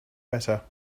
better